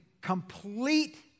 complete